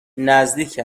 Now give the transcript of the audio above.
نزدیک